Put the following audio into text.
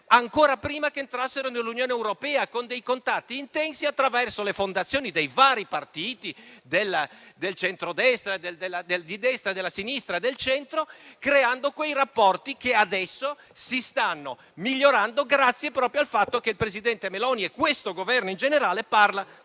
ancora prima che entrassero nell'Unione europea, con dei contatti intensi, attraverso le fondazioni dei vari partiti del centrodestra, di destra, della sinistra e del centro, creando quei rapporti che adesso stanno migliorando, grazie proprio al fatto che il presidente Meloni e questo Governo, in generale, parlano